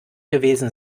gewesen